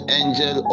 angel